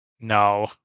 No